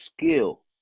skill